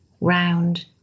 round